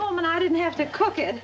home and i didn't have to cook